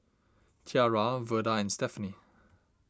Tiarra Verda and Stephenie